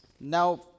Now